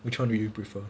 which one do you prefer